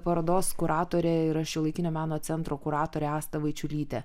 parodos kuratorė yra šiuolaikinio meno centro kuratorė asta vaičiulytė